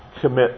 commit